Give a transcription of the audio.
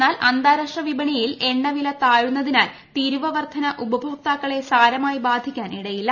എന്നാൽ അന്താരാഷ്ട്ര വിപണിയിൽ എണ്ണ വില താഴുന്നതിനാൽ തീരുവ വർദ്ധന ഉപഭോക്താക്കളെ സാരമായി ബാധിക്കാനിടയില്ല